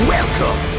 Welcome